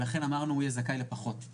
ולכן אמרנו הוא יהיה זכאי לפחות.